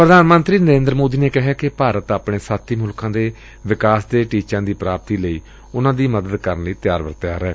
ਪ੍ਰਧਾਨ ਮੰਤਰੀ ਨਰੇਦਰ ਸੋਦੀ ਨੇ ਕਿਹੈ ਕਿ ਭਾਰਤ ਆਪਣੇ ਸਾਬੀ ਮੁਲਕਾ ਦੇ ਵਿਕਾਸ ਦੇ ਟੀਚਿਆ ਦੀ ਪ੍ਰਾਪਤੀ ਲਈ ਉਨ੍ਹਾਂ ਦੀ ਮਦਦ ਕਰਨ ਲਈ ਤਿਆਰ ਬਰ ਤਿਆਰ ਏ